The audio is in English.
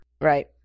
Right